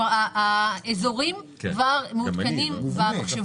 כלומר, האיזורים כבר מעודכנים במחשבון.